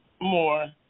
more